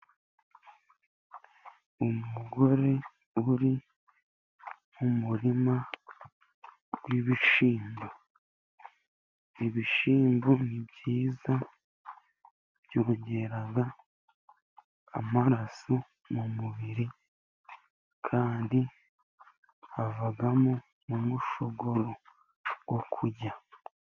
Umugore uri mu murima w'ibishyimbo, ibishyimbo ni byiza byongera amaraso mu mubiri, kandi havamo n'umushogoro wo kurya.